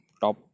top